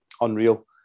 unreal